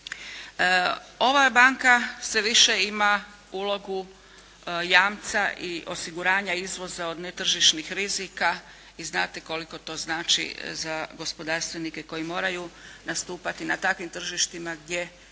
Ova banka sve više ima ulogu jamca i osiguranja izvoza od netržišnih rizika i znate koliko to znači za gospodarstvenike koji moraju nastupati na takvim tržištima gdje